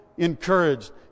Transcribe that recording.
Encouraged